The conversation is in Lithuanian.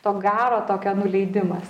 to garo tokio nuleidimas